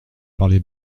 parlé